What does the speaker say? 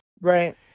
Right